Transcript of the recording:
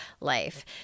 life